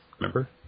remember